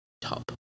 top